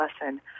lesson